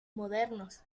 modernos